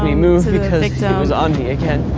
move on again